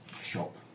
shop